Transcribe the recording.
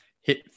hit